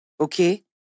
Okay